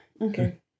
okay